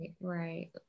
Right